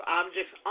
objects